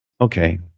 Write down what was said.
okay